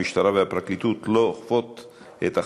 המשטרה והפרקליטות לא אוכפות את החוק.